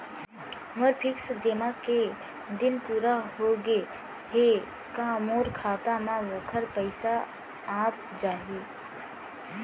मोर fix जेमा के दिन पूरा होगे हे का मोर खाता म वोखर पइसा आप जाही?